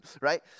right